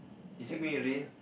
is it going to rain